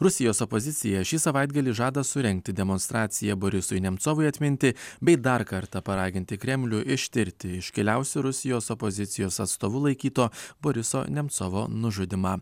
rusijos opozicija šį savaitgalį žada surengti demonstraciją borisui nemcovui atminti bei dar kartą paraginti kremlių ištirti iškiliausiu rusijos opozicijos atstovu laikyto boriso nemcovo nužudymą